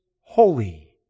holy